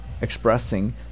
expressing